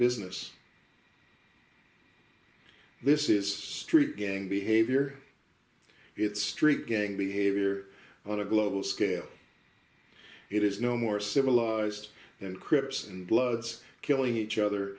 business this is street gang behavior it's street gang behavior on a global scale it is no more civilized and crips and bloods killing each other